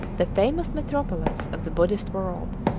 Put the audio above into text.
the famous metropolis of the buddhist world.